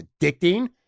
addicting